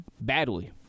badly